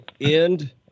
end